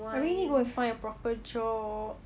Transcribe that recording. I really need go and find a proper job